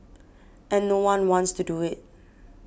and no one wants to do it